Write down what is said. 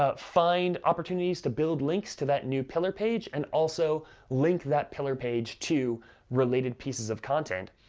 ah find opportunities to build links to that new pillar page, and also link that pillar page to related pieces of content.